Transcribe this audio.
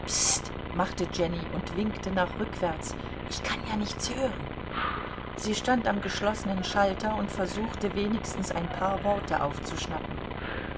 machte jenny und winkte nach rückwärts ich kann ja nichts hören sie stand am geschlossenen schalter und versuchte wenigstens ein paar worte aufzuschnappen